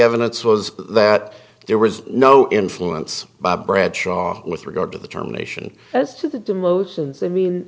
evidence was that there was no influence by bradshaw with regard to the term nation as to the demotions i mean